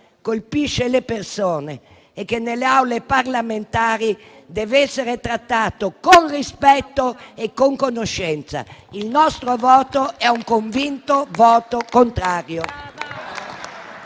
colpisce le persone e che nelle Aule parlamentari deve essere trattato con rispetto e conoscenza. Il nostro è quindi un convinto voto contrario.